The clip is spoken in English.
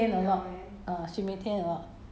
err 看你看你信不信 lah 我不懂